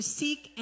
seek